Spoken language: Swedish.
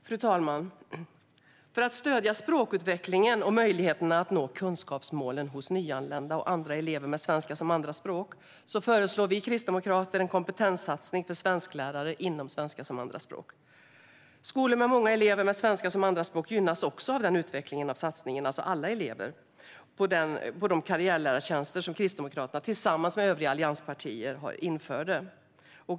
Fru talman! För att stödja språkutvecklingen och möjligheterna att nå kunskapsmålen hos nyanlända och andra elever med svenska som andraspråk föreslår vi kristdemokrater en kompetenssatsning för svensklärare inom svenska som andraspråk. Skolor med många elever med svenska som andraspråk gynnas också av satsningen på karriärlärartjänster som Kristdemokraterna tillsammans med övriga allianspartier gjorde.